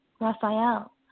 Raphael